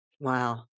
Wow